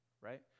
right